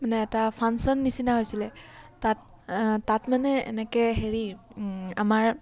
মানে এটা ফানশ্যন নিচিনা হৈছিলে তাত তাত মানে এনেকৈ হেৰি আমাৰ